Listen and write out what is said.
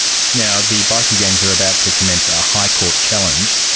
now, the bikie gangs are about to commence a high court challenge.